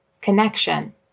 connection